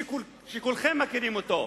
שכולכם מכירים אותו,